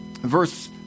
Verse